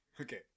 Okay